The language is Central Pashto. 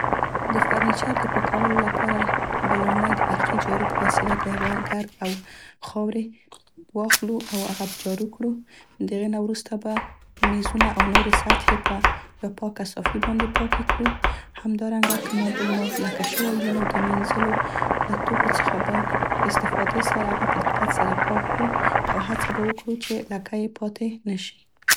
د فرنیچر د پاکولو لپاره به لومړی د برقي جارو په وسیله د هغه ګرد او خاورې واخلو او هغه به جارو کړو دې هغې نه وروسته به میزونه او نورې سطحې په یوه پاکه صافي باندې پاکې کړو. همدارنګه که موبل مو لکه شوی وي نو د مینځلو له توکو څخه به په استفادې سره هغه په دقت سره پاک کړو او هڅه به وکړوچې لکه یې پاتې نشي.